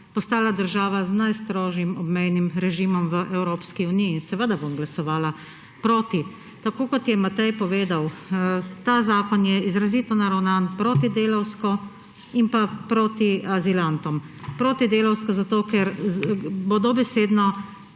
postala država z najstrožjim obmejnim režimom v Evropski uniji. Seveda bom glasovala proti. Tako kot je Matej povedal, ta zakon je izrazito naravnan protidelavsko in proti azilantom. Protidelavsko zato, ker bo dobesedno